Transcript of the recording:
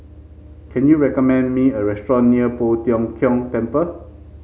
can you recommend me a restaurant near Poh Tiong Kiong Temple